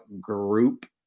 group